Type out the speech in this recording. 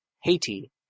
Haiti